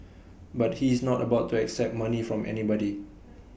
but he is not about to accept money from anybody